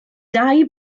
dau